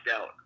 out